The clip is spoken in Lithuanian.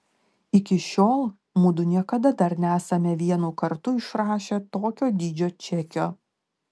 iki šiol mudu niekada dar nesame vienu kartu išrašę tokio dydžio čekio